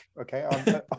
okay